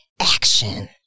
action